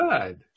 good